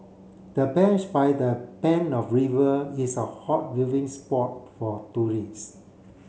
the bench by the ban of river is a hot viewing spot for tourists